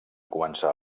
començar